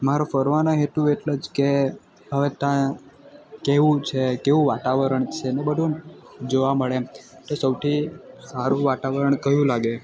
મારો ફરવાનો હેતુ એટલો જ કે હવે ત્યાં કેવું છે કેવું વાતાવરણ છે અને એ બધું જોવા મળે એમ તો સૌથી સારું વાતાવરણ કયું લાગે